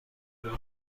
بودم